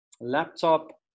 laptop